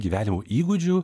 gyvenimo įgūdžių